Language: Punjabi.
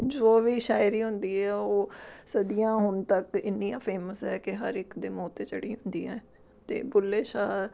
ਜੋ ਵੀ ਸ਼ਾਇਰੀ ਹੁੰਦੀ ਹੈ ਉਹ ਸਦੀਆਂ ਹੋਣ ਤੱਕ ਇੰਨੀਆਂ ਫੇਮਸ ਹੈ ਕਿ ਹਰ ਇੱਕ ਦੇ ਮੂੰਹ 'ਤੇ ਚੜੀ ਹੁੰਦੀ ਹੈ ਅਤੇ ਬੁੱਲੇ ਸ਼ਾਹ